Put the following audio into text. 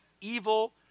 evil